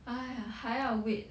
哎呀还要 wait